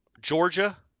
Georgia